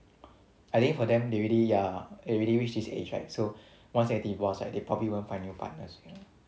I think for them they already ya already reached this age right so once get divorced right they probably won't find new partners